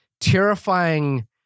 terrifying